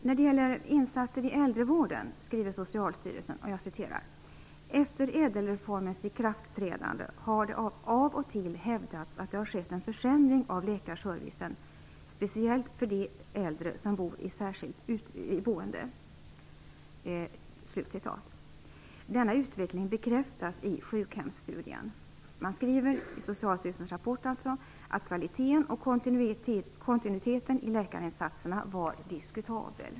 När det gäller insatser i äldrevården skriver Socialstyrelsen: "Efter Ädelreformens ikraftträdande har det av och till hävdats att det har skett en försämring av läkarservicen, speciellt för de äldre som bor i särskilt boende." Denna utveckling bekräftas i sjukhemsstudien. Man skriver i Socialstyrelsens rapport att kvaliteten och kontinuiteten i läkarinsatserna var diskutabel.